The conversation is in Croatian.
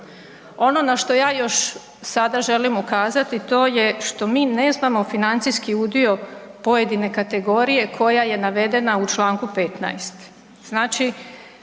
Ono na što ja još želim ukazati to je što mi ne znamo financijski udio pojedine kategorije koja je navedena u Članku 15.,